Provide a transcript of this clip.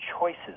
choices